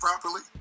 properly